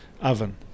oven